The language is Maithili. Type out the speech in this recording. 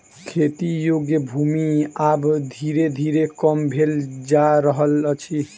खेती योग्य भूमि आब धीरे धीरे कम भेल जा रहल अछि